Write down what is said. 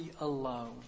alone